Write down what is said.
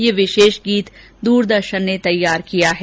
यह विशेष गीत द्रदर्शन ने तैयार किया है